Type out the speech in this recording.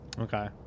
Okay